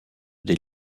des